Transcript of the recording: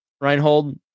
Reinhold